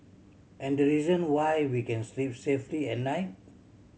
and the reason why we can sleep safely at night